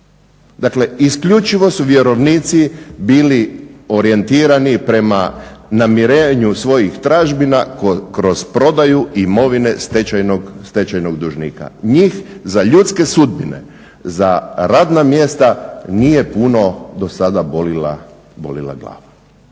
Dakle, isključivo su vjerovnici bili orijentirani prema namirenju svojih tražbina kroz prodaju imovine stečajnog dužnika. Njih za ljudske sudbine, za radna mjesta nije puno do sada bolila glava.